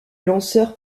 lanceur